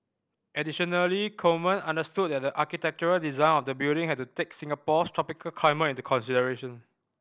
additionally Coleman understood that the architectural design of the building had to take Singapore's tropical climate into consideration